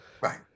right